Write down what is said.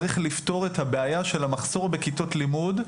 צריך לפתור את הבעיה של המחסור בכיתות לימוד,